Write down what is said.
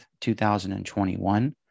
2021